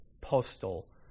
postal